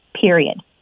period